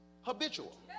habitual